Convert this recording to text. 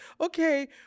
Okay